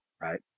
right